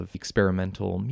experimental